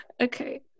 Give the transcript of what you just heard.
Okay